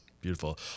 Beautiful